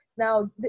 Now